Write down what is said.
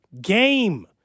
game